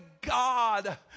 God